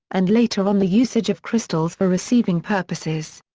and later on the usage of crystals for receiving purposes.